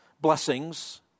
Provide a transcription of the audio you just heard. blessings